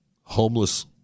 homeless